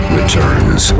Returns